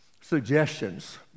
Suggestions